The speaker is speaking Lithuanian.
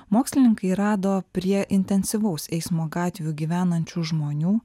mokslininkai rado prie intensyvaus eismo gatvių gyvenančių žmonių